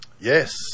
Yes